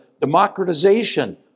democratization